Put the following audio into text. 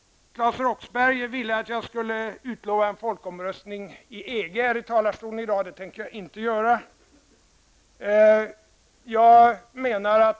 Claes Roxbergh ville att jag från talarstolen i dag skulle utlova en folkomröstning i EG-frågan. Det tänker jag inte göra.